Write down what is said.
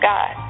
God